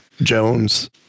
Jones